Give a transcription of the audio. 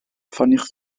ffoniwch